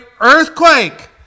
earthquake